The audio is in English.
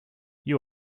you